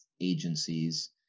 agencies